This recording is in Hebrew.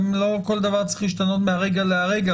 גם לא כל דבר צריך להשתנות מהרגע להרגע,